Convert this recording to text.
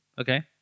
Okay